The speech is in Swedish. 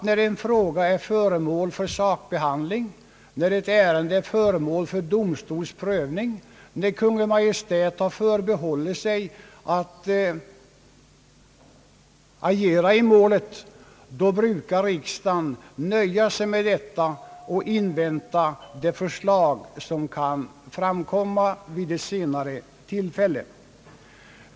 När en fråga är föremål för behandling, när ett ärende prövas av domstol och när Kungl. Maj:t har förbehållit sig att agera i målet, brukar riksdagen nöja sig med detta och invänta det förslag som kan komma att avlämnas.